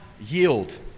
Yield